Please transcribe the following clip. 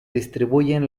distribuyen